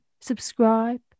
subscribe